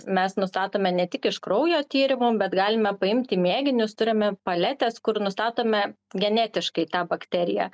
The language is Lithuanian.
mes nustatome ne tik iš kraujo tyrimų bet galime paimti mėginius turime paletes kur nustatome genetiškai tą bakteriją